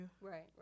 right